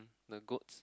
the goats